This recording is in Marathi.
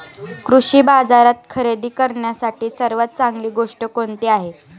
कृषी बाजारात खरेदी करण्यासाठी सर्वात चांगली गोष्ट कोणती आहे?